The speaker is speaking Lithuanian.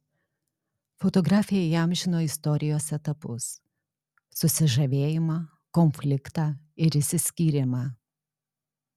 fotografė įamžino istorijos etapus susižavėjimą konfliktą ir išsiskyrimą